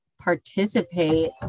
participate